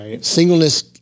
Singleness